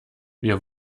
wir